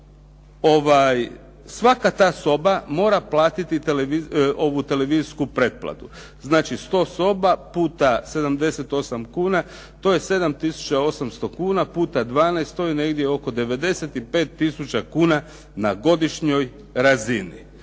sada svaka ta soba mora platiti ovu televizijsku pretplatu, znači 100 soba puta 78 kuna, to je 7 tisuća 800 kuna puta 12, to je negdje oko 95 tisuća kuna na godišnjoj razini.